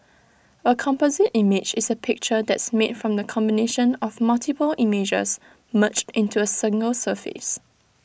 A composite image is A picture that's made from the combination of multiple images merged into A single surface